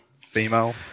female